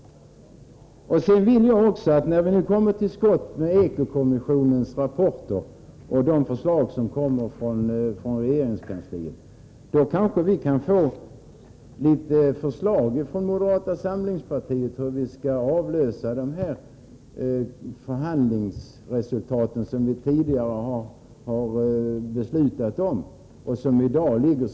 När vi sedan kommer till skott med Eko-kommissionens rapporter och de förslag som kommer att läggas fram från regeringskansliet, kanske vi kan få litet förslag från moderata samlingspartiet till hur vi skall kunna avläsa de resultat vi tidigare uppnått vad gäller arbetsgivarnas skyldigheter.